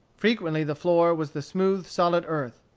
frequently the floor was the smooth, solid earth.